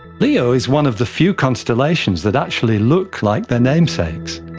leo is one of the few constellations that actually look like their namesakes.